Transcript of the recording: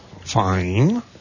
Fine